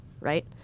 Right